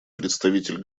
представитель